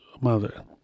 mother